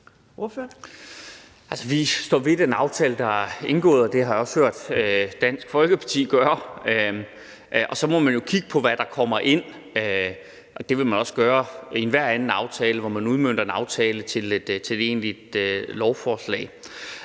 Vi står ved den aftale, der er indgået, og det har jeg også hørt Dansk Folkeparti gøre. Og så må man jo kigge på, hvad der kommer ind, og det vil man også gøre i enhver anden aftale, hvor man udmønter en aftale til et egentligt lovforslag.